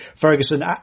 Ferguson